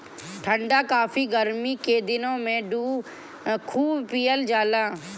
ठंडा काफी गरमी के दिन में खूब पियल जाला